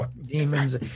demons